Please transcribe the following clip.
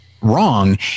wrong